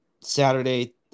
Saturday